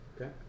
Okay